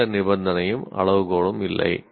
எந்த நிபந்தனையும் அளவுகோலும் இல்லை